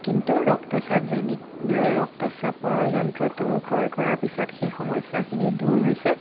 কিন্তু ৰক্তচাজনিত ৰক্তচাপৰ যন্ত্ৰটো ক্ৰয় কৰাৰ পিছত সেই সমস্য়াখিনি দূৰ হৈছে